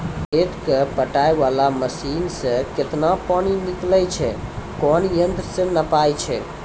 खेत कऽ पटाय वाला मसीन से केतना पानी निकलैय छै कोन यंत्र से नपाय छै